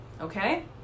Okay